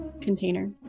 container